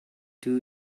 two